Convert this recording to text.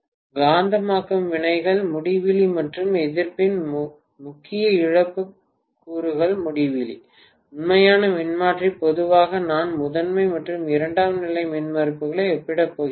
காந்தமாக்கும் வினைகள் முடிவிலி மற்றும் எதிர்ப்பின் முக்கிய இழப்பு கூறுகள் முடிவிலி உண்மையான மின்மாற்றி பொதுவாக நான் முதன்மை மற்றும் இரண்டாம் நிலை மின்மறுப்புகளை ஒப்பிடப் போகிறேன்